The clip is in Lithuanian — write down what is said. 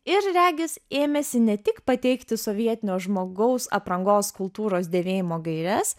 ir regis ėmėsi ne tik pateikti sovietinio žmogaus aprangos kultūros dėvėjimo gaires